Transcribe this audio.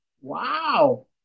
Wow